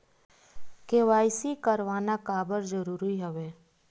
KYC करवाना काबर जरूरी हवय?